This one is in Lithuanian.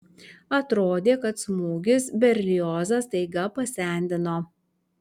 atrodė kad smūgis berliozą staiga pasendino